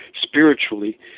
spiritually